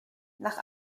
nach